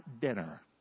dinner